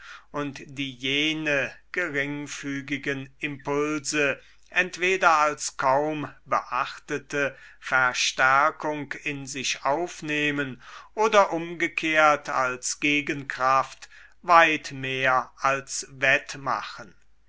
und die jene geringfügigon impulse entweder als kaum beachtete verstärkung in sich aufnehmen oder umgekehrt als gegenkraft weit mehr als wettmachen